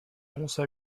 also